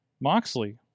Moxley